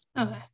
Okay